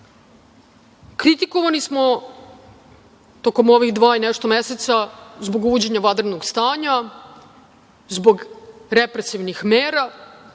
Evrope. Kritikovani smo tokom ovih dva i nešto meseca zbog uvođenja vanrednog stanja, zbog represivnih mera.